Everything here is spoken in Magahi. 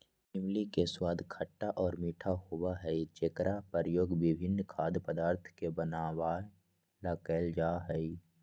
इमली के स्वाद खट्टा और मीठा होबा हई जेकरा प्रयोग विभिन्न खाद्य पदार्थ के बनावे ला कइल जाहई